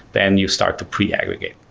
then you start to pre-aggregate.